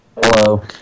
Hello